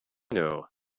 know